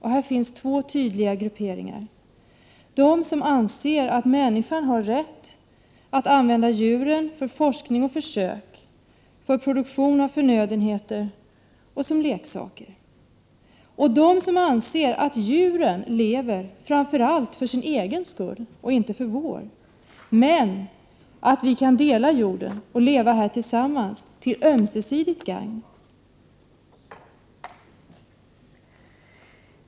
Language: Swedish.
Här finns två tydliga grupperingar: å ena sidan de som anser att människan har rätt att använda djuren för forskning och försök, för produktion av förnödenheter och som leksaker och å andra sidan de som anser att djuren lever framför allt för sin egen skull och inte för vår, men att vi kan dela jorden och leva här tillsammans, till ömsesidigt gagn.